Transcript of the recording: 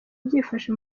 byifashe